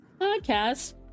podcast